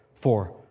four